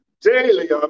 Daily